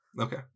Okay